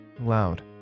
loud